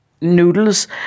noodles